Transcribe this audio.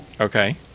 Okay